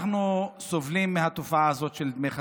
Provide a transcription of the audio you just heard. אנחנו סובלים מהתופעה הזאת של דמי חסות,